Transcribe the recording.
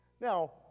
Now